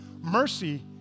Mercy